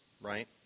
right